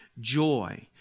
joy